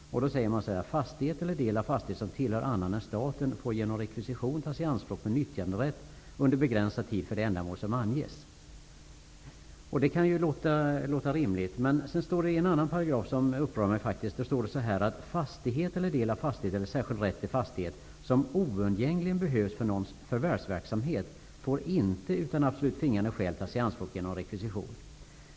I en står det: ''Fastighet eller del av fastighet som tillhör annan än staten får genom rekvisition tas i anspråk med nyttjanderätt under begränsad tid för det ändamål som anges''. Det kan låta rimligt, men i en annan paragraf står det något som faktiskt upprör mig: ''Fastighet, del av fastighet eller särskild rätt till fastighet, som oundgängligen behövs för någons förvärvsverksamhet får inte utan absolut tvingande skäl tas i anspråk genom rekvisition.''